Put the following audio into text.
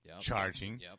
charging